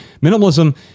minimalism